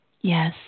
Yes